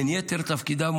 בין יתר תפקידיו,